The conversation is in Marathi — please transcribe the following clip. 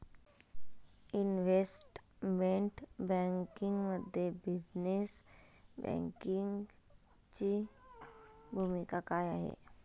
इन्व्हेस्टमेंट बँकिंगमध्ये बिझनेस बँकिंगची भूमिका काय आहे?